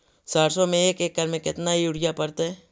सरसों में एक एकड़ मे केतना युरिया पड़तै?